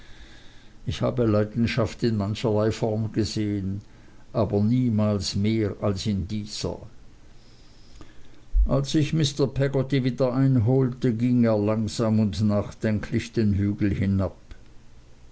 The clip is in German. ich habe leidenschaft in mancherlei form gesehen aber niemals mehr als in dieser als ich mr peggotty wieder einholte ging er langsam und nachdenklich den hügel hinab